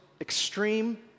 extreme